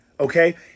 okay